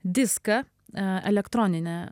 diską elektroninę